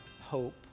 hope